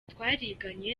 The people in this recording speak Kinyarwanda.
twariganye